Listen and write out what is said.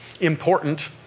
important